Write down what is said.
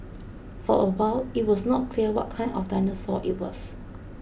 for a while it was not clear what kind of dinosaur it was